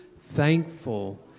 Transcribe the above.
thankful